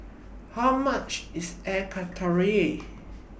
How much IS Air Karthira